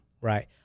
right